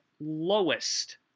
lowest